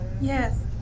Yes